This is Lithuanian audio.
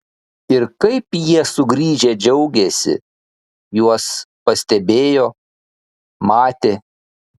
ir kaip jie sugrįžę džiaugėsi juos pastebėjo matė